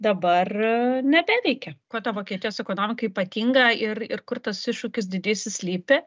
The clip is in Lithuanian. dabar nebeveikia kuo ta vokietijos ekonomika ypatinga ir ir kur tas iššūkis didysis slypi